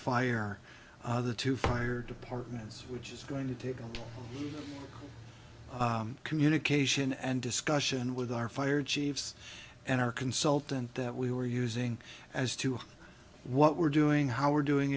fire the two fire departments which is going to take communication and discussion with our fire chiefs and our consultant that we were using as to what we're doing how we're doing